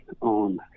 on